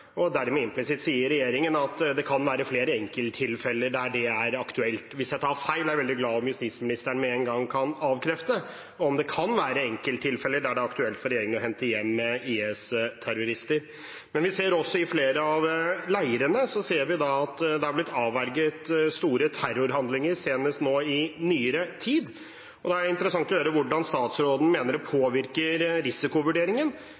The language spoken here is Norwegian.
og dermed sier regjeringen implisitt at det kan være flere enkelttilfeller der det er aktuelt. Hvis jeg tar feil, er jeg veldig glad om justisministeren med én gang kan avkrefte at det kan være enkelttilfeller der det er aktuelt for regjeringen å hente hjem IS-terrorister. Men vi ser også at i flere av leirene har det blitt avverget store terrorhandlinger, senest nå i nyere tid, og da er det interessant å høre hvordan statsråden mener det påvirker risikovurderingen